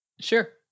Sure